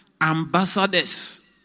ambassadors